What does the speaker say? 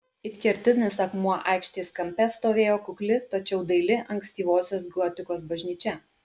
it kertinis akmuo aikštės kampe stovėjo kukli tačiau daili ankstyvosios gotikos bažnyčia